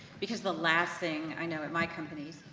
because the last thing, i know in my companies,